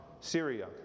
Syria